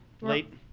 late